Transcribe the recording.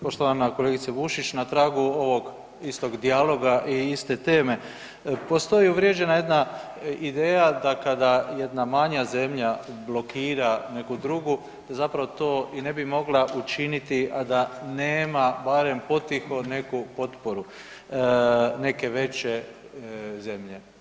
Poštovana kolegice Bušić, na tragu ovog istog dijaloga i iste teme postoji uvriježena jedna ideja da kada jedna manja zemlja blokira neku drugu zapravo to i ne bi mogla učiniti a da nema barem potiho neku potporu neke veće zemlje.